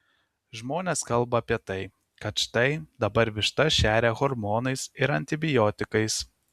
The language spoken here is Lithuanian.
žmonės kalba apie tai kad štai dabar vištas šeria hormonais ir antibiotikais